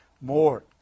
more